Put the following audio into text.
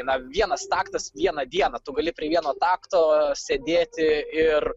na vienas taktas vieną dieną tu gali prie vieno takto sėdėti ir